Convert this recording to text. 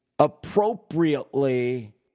appropriately